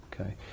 Okay